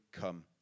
come